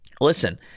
listen